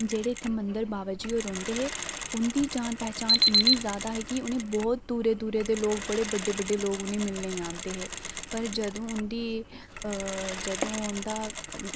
जेहड़े इत्थै मदंर बाबा जी और रौंह्दे हे उंदी जान पहचान इन्नी ज्यादा ही कि उनें बहुत दूरे दूरे दे लोक बड़े बड्डे लोक उनेंगी मिलने गी आंदे हे पर जंदू उंदी जंदू उंदा